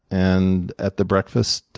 and at the breakfast,